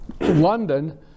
London